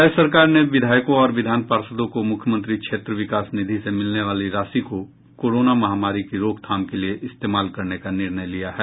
राज्य सरकार ने विधायकों और विधान पार्षदों को मुख्यमंत्री क्षेत्र विकास निधि से मिलने वाली राशि को कोरोना महामारी की रोकथाम के लिए इस्तेमाल करने का निर्णय लिया है